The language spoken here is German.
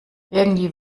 irgendwie